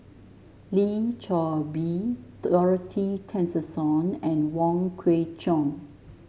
Lim Chor Pee Dorothy Tessensohn and Wong Kwei Cheong